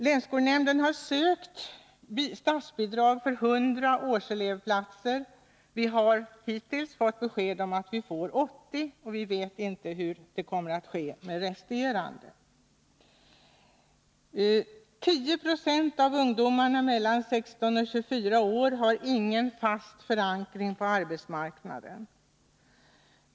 Länsskolnämnden har sökt statsbidrag för 100 årselevplatser. Vi har hittills fått besked om att vi får 80, och vi vet inte hur det kommer att bli med de resterande platserna. Av ungdomarna mellan 16 och 24 år har 10 96 ingen fast förankring på 9 arbetsmarknaden.